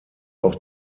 auch